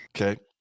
Okay